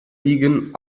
ligen